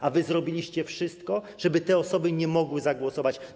A wy zrobiliście wszystko, żeby te osoby nie mogły zagłosować.